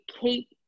keep